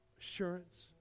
assurance